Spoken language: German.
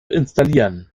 installieren